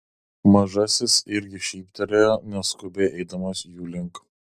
mažasis irgi šyptelėjo neskubiai eidamas jų link